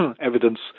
evidence